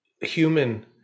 human